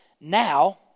Now